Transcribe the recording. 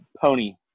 pony